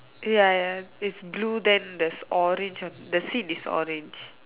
ya ya it's blue then there's orange the seat is orange